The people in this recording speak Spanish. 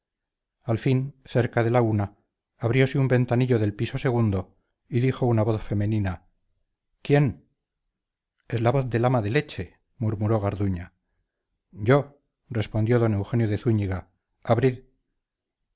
al fin cerca de la una abrióse un ventanillo del piso segundo y dijo una voz femenina quién es la voz del ama de leche murmuró garduña yo respondió don eugenio de zúñiga abrid